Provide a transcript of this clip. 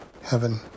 heaven